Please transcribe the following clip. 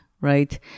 right